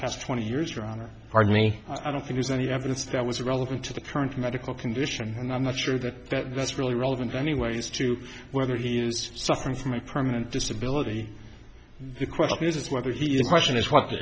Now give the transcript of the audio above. past twenty years around or pardon me i don't think there's any evidence that was relevant to the current medical condition and i'm not sure that that's really relevant anyway as to whether he is suffering from a permanent disability the question is whether he can question is what